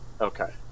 Okay